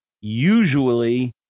usually